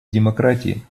демократии